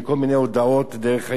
כל מיני הודעות דרך האינטרנט,